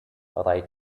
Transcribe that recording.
write